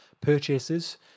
purchases